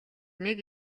нэг